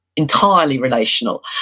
entirely relational.